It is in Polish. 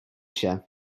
się